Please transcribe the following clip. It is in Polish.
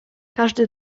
każdy